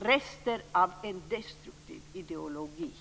rester av en destruktiv ideologi.